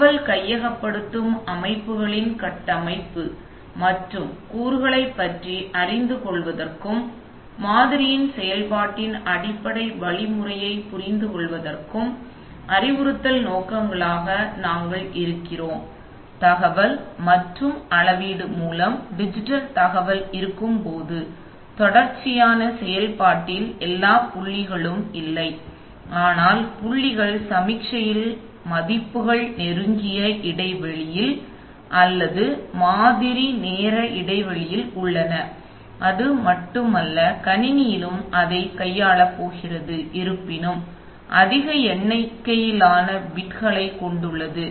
தகவல் கையகப்படுத்தல் அமைப்புகளின் கட்டமைப்பு மற்றும் கூறுகளைப் பற்றி அறிந்து கொள்வதற்கும் மாதிரியின் செயல்பாட்டின் அடிப்படை வழிமுறையைப் புரிந்துகொள்வதற்கும் அறிவுறுத்தல் நோக்கங்களாக நாங்கள் இருக்கிறோம் தகவல் மற்றும் அளவீடு மூலம் டிஜிட்டல் தகவல் இருக்கும்போது தொடர்ச்சியான செயல்பாட்டில் எல்லா புள்ளிகளும் இல்லை ஆனால் புள்ளிகள் சமிக்ஞைகளின் மதிப்புகள் நெருங்கிய இடை வெளியில் அல்லது மாதிரி நேர இடை வெளியில் உள்ளன அது மட்டுமல்ல கணினியிலும் அதைக் கையாளப் போகிறது இருப்பினும்அதிக எண்ணிக்கையிலான பிட்களைக் கொண்டுள்ளது